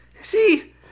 see